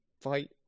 fight